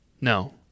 No